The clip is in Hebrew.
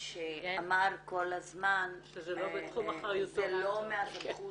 שאמר כל הזמן שזה לא הסמכות